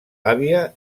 àvia